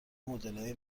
مدلای